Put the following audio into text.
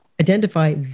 identify